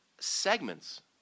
segments